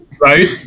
Right